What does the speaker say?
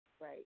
Right